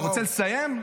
אתה רוצה לסיים?